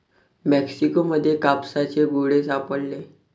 Mexico मध्ये कापसाचे गोळे सापडले